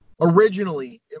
originally